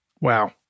Wow